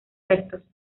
rectos